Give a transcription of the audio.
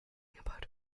about